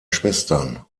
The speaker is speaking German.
schwestern